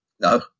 No